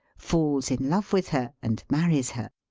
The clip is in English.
falls in love with her, and marries her.